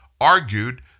argued